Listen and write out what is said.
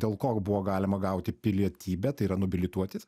dėl ko buvo galima gauti pilietybę tai yra nobilituotis